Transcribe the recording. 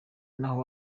naho